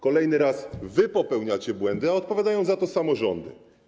Kolejny raz popełniacie błędy, a odpowiadają za to samorządy.